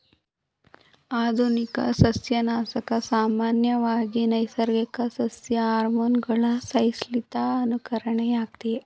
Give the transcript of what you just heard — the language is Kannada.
ಆಧುನಿಕ ಸಸ್ಯನಾಶಕ ಸಾಮಾನ್ಯವಾಗಿ ನೈಸರ್ಗಿಕ ಸಸ್ಯ ಹಾರ್ಮೋನುಗಳ ಸಂಶ್ಲೇಷಿತ ಅನುಕರಣೆಯಾಗಯ್ತೆ